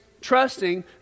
trusting